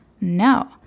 No